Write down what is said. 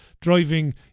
driving